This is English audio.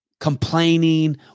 complaining